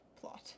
plot